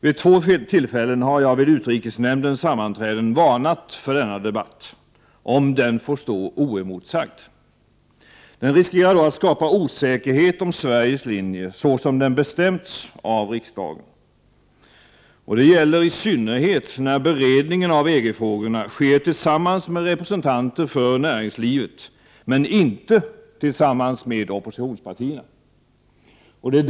Vid två tillfällen har jag vid utrikesnämndens sammanträden varnat för denna debatt, om den får stå oemotsagd. Den riskerar då att skapa osäkerhet om Sveriges linje, så som den bestämts av riksdagen. Det gäller i synnerhet när beredningen av EG-frågan sker tillsammans med representanter för näringslivet men inte tillsammans med oppositionspartierna.